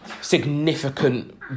significant